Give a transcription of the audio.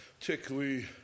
particularly